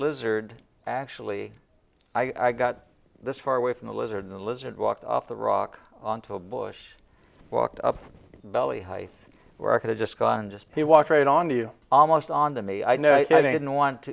lizard actually i got this far away from the lizard the lizard walked off the rock onto a bush walked up valley high where i could just go on just he walked right on you almost on to me i know i didn't want